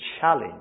challenge